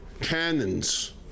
cannons